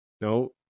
No